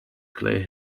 clear